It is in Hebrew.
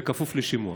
בכפוף לשימוע.